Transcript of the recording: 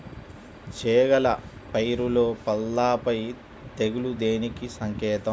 చేగల పైరులో పల్లాపై తెగులు దేనికి సంకేతం?